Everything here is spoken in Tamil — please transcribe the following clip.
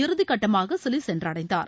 இறுதி கட்டமாக சிலி சென்றடைந்தார்